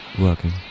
working